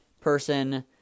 person